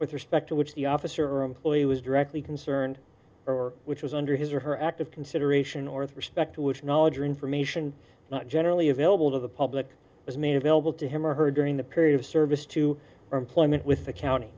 with respect to which the officer or employee was directly concerned or which was under his or her active consideration or the respect to which knowledge or information not generally available to the public was made available to him or her during the period of service to employment with the county